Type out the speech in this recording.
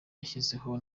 yashyizeho